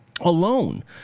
alone